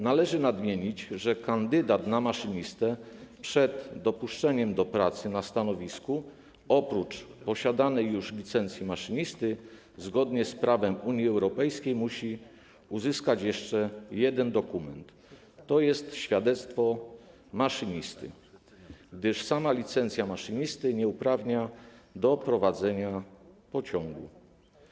Należy nadmienić, że kandydat na maszynistę, przed dopuszczeniem do pracy na stanowisku, oprócz posiadanej już licencji maszynisty zgodnie z prawem Unii Europejskiej musi uzyskać jeszcze jeden dokument, tj. świadectwo maszynisty, gdyż sama licencja maszynisty nie uprawnia do prowadzenia pociągu.